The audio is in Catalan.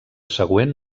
següent